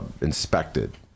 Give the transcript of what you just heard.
inspected